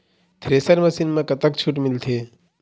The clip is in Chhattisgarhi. थ्रेसर मशीन म कतक छूट मिलथे?